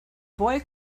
boy